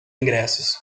ingressos